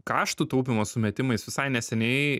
kaštų taupymo sumetimais visai neseniai